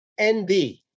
NB